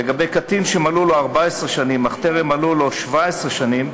לגבי קטין שמלאו לו 14 שנים אך טרם מלאו לו 17 שנים,